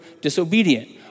disobedient